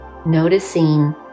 Noticing